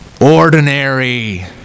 ordinary